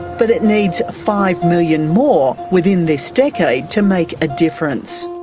but it needs five million more within this decade to make a difference.